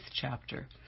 chapter